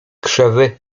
krzewy